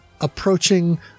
approaching